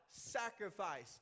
Sacrifice